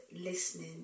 listening